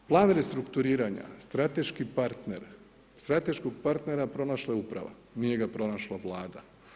Plan restrukturiranja, strateški partner, strateškog partnera pronašla je uprava, nije ga pronašla Vlada.